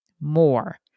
more